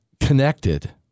connected